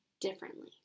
differently